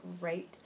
great